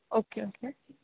okay okay